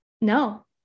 No